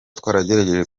twagerageje